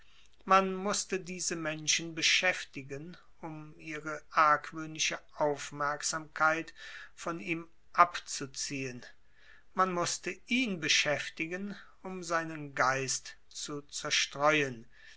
man mußte diese menschen beschäftigen um ihre argwöhnische aufmerksamkeit von ihm abzuziehen man mußte ihn beschäftigen um seinen geist zu zerstreuen